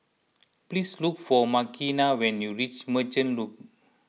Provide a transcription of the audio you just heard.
please look for Makena when you reach Merchant Loop